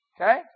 Okay